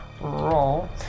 roll